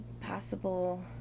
possible